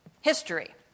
history